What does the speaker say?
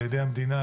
על ידי המדינה,